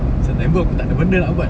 september aku tak ada benda nak buat